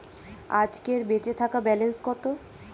আজকের বেচে থাকা ব্যালেন্স কত?